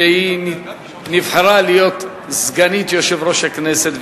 שנבחרה להיות סגנית יושב-ראש הכנסת,